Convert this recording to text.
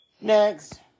Next